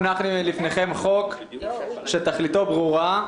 מונח לפניכם חוק שתכליתו ברורה,